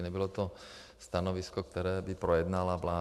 Nebylo to stanovisko, které by projednala vláda.